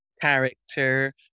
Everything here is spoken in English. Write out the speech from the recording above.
character